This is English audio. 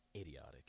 Idiotic